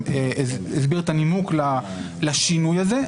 שיסביר את הנימוק לשינוי הזה.